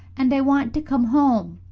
and i want to come home.